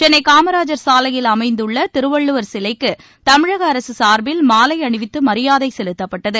சென்னை காமராஜர் சாலையில் அமைந்துள்ள திருவள்ளுவர் சிலைக்கு தமிழக அரசு சார்பில் மாலை அணிவித்து மரியாதை செலுத்தப்பட்டது